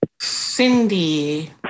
Cindy